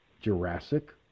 Jurassic